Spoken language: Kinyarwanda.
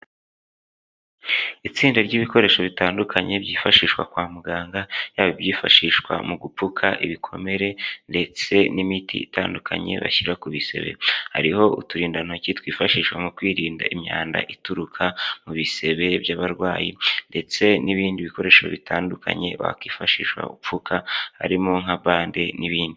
Itsinda ry'ibikoresho bitandukanye byifashishwa kwa muganga yaba ibyifashishwa mu gupfuka ibikomere ndetse n'imiti itandukanye bashyira ku bisebe hariho uturindantoki twifashishwa mu kwirinda imyanda ituruka mu bisebe by'abarwayi ndetse n'ibindi bikoresho bitandukanye bakifashisha upfuka harimo nka bande n'ibindi.